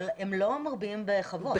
אבל הם לא מרביעים בחוות.